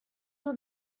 were